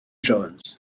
jones